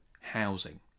housing